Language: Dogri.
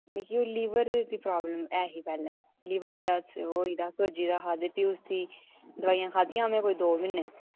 मिगी लीवर दी प्रॉब्लम ऐ ही पैह्ले लीवर मेरा ओह् हा कुलजी दा हा ते फ्ही उस्सी दोआइयां खाद्दियां में कोई दो म्हीने